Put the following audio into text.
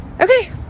Okay